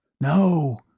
No